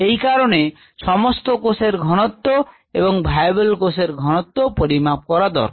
এই কারণে সমস্ত কোষের ঘনত্ব এবং ভায়াবল কোষের ঘনত্ব পরিমাপ করা দরকার